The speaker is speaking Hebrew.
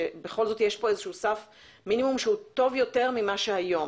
שבכל זאת יש פה סף מינימום שהוא טוב יותר ממה שהיום,